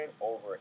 over